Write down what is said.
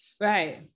Right